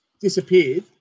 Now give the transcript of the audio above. disappeared